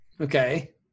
Okay